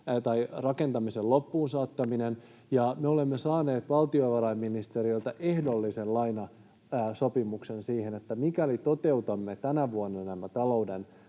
rakentamisen loppuunsaattaminen, ja me olemme saaneet valtiovarainministeriöltä ehdollisen lainasopimuksen niin, että mikäli emme toteuta tänä vuonna talouden